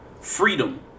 freedom